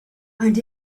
and